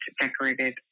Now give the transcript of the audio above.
decorated